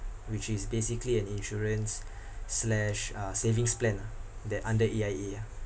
which is basically an insurance slash uh savings plan lah that under A_I_A ah